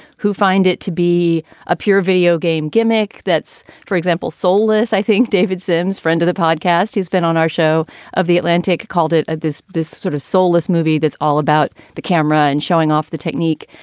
who find it to be a pure videogame gimmick. that's, for example, soulless. i think david sims, friend of the podcast who's been on our show of the atlantic, called it this this sort of soulless movie that's all about the camera and showing off the technique.